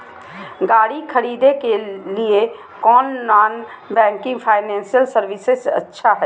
गाड़ी खरीदे के लिए कौन नॉन बैंकिंग फाइनेंशियल सर्विसेज अच्छा है?